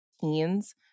teens